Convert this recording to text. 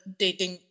dating